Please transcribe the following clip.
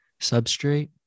substrate